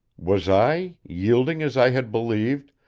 was i, yielding, as i had believed,